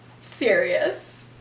Serious